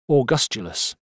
Augustulus